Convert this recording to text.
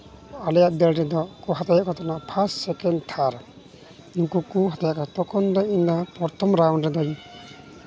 ᱟᱞᱮᱭᱟᱜ ᱫᱟᱹᱲ ᱨᱮᱫᱚ ᱦᱟᱛᱟᱣᱮᱜ ᱠᱚ ᱛᱟᱦᱮᱱᱟ ᱯᱷᱟᱥᱴ ᱥᱮᱠᱮᱱᱰ ᱛᱷᱟᱲ ᱩᱱᱠᱩ ᱠᱚ ᱦᱟᱛᱟᱣ ᱠᱚᱣᱟ ᱛᱚᱠᱷᱚᱱ ᱫᱚ ᱤᱧᱫᱚ ᱯᱨᱚᱛᱷᱚᱢ ᱨᱟᱣᱩᱱᱰ ᱨᱮᱫᱚᱧ